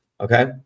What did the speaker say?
okay